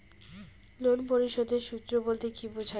Loan পরিশোধের সূএ বলতে কি বোঝায়?